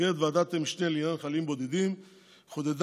במסגרת ועדת המשנה לענייני חיילים בודדים חודדה